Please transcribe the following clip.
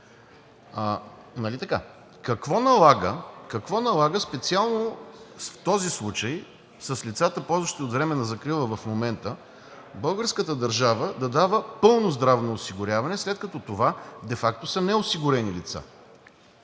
Какво налага специално в този случай за лицата, ползващи се от временна закрила в момента, българската държава да дава пълно здравно осигуряване, след като това де факто са неосигурени лица?!